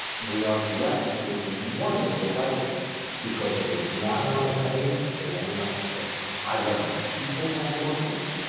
we are blessed with wonderful writers because if it's not on the page it ain't on the stage. i love the people that i work with.